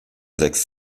sechs